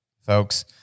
folks